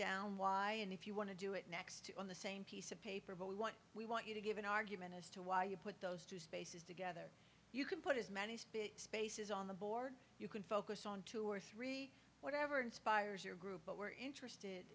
down why and if you want to do it next on the same piece of paper but we want we want you to give an argument as to why you put those two spaces together you can put as many as big spaces on the board you can focus on two or three whatever inspires your group but where interest